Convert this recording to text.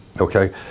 Okay